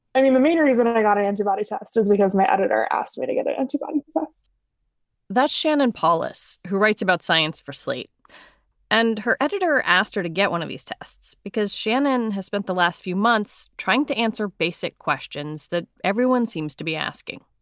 i mean, the main reason i got an antibody tests does because my editor asked me to get the ah antibody says that shannon paulus, who writes about science for slate and her editor, asked her to get one of these tests because shannon has spent the last few months trying to answer basic questions that everyone seems to be asking.